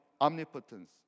omnipotence